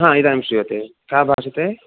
हां इदानीं श्रूयते का भाषते